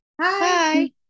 Hi